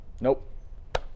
Nope